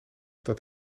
dat